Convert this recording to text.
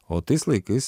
o tais laikais